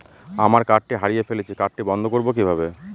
আমার কার্ডটি হারিয়ে ফেলেছি কার্ডটি বন্ধ করব কিভাবে?